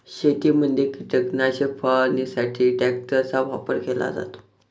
शेतीमध्ये कीटकनाशक फवारणीसाठी ट्रॅक्टरचा वापर केला जातो